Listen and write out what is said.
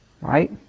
Right